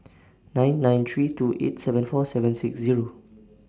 nine nine three two eight seven four seven six Zero